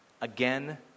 again